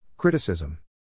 Criticism